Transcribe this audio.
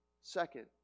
Second